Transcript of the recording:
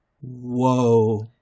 whoa